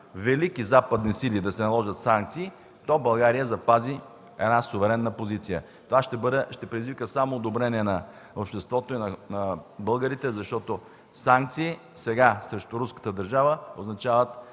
велики западни сили да се наложат санкции, то България запази една суверенна позиция. Това ще предизвика само одобрението на обществото и на българите, защото санкции сега срещу руската държава означават